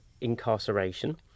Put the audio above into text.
incarceration